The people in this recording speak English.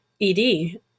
ed